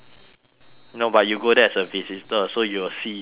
no but you go there as a visitor so you will see yourself